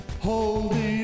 holding